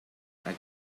again